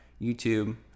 YouTube